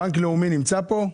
בנק לאומי נמצא פה?